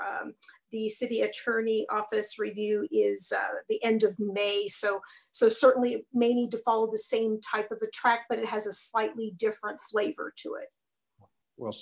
the city attorney office review is at the end of may so so certainly may need to follow the same type of a track but it has a slightly different flavor to it well